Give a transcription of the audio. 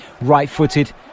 right-footed